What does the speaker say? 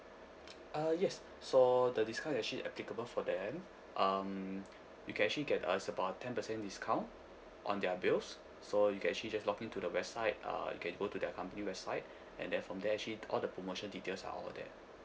uh yes so the discount is actually applicable for them um you can actually get uh it's about ten percent discount on their bills so you can actually just login to the website uh you can go to their company website and then from there actually all the promotion details are all there